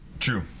true